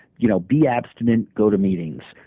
you know, be abstinent. go to meetings.